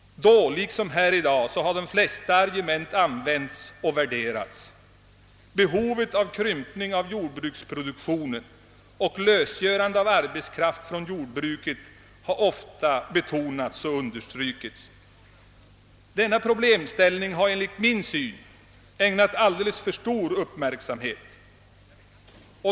Då liksom här i dag har de flesta tänkbara argument använts och värderats. Behovet av att krympa jordbruksproduktionen och lösgöra arbetskraft från jordbruket har ofta betonats och understrukits. Den problemställningen har enligt min syn ägnats alldeles för stor uppmärksamhet.